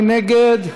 מי נגד?